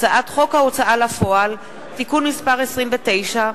הצעת חוק ההוצאה לפועל (תיקון מס' 29)